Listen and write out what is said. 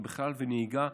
ובכלל נהיגה,